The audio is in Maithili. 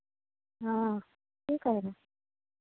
हँ की कहै हइ